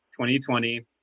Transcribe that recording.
2020